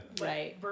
right